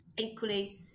Equally